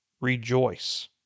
rejoice